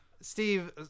Steve